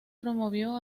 promovió